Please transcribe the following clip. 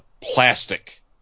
plastic